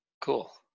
Cool